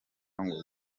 ngo